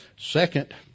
Second